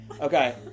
Okay